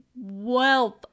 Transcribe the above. wealth